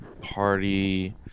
party